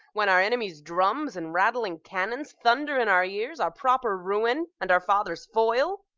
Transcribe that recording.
when our enemies' drums and rattling cannons thunder in our ears our proper ruin and our father's foil?